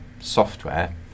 software